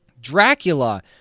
Dracula